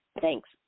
Thanks